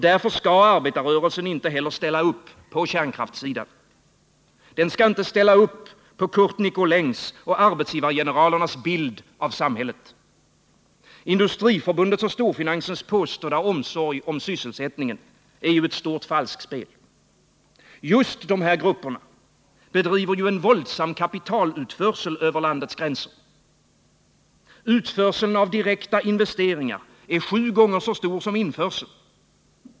Därför skall arbetarrörelsen inte heller ställa upp på kärnkraftssidan. Den skall inte ställa upp på Curt Nicolins och arbetsgivargeneralernas bild av samhället. Industriförbundets och storfinansens påstådda omsorg om sysselsättningen är ett stort falskspel. Just dessa grupper bedriver en våldsam kapitalutförsel över landets gränser. Utförseln av direktinvesteringar är sju gånger så stor som införseln.